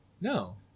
No